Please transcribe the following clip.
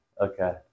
Okay